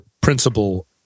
principle